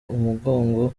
umugongo